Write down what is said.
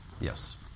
Yes